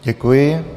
Děkuji.